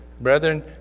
Brethren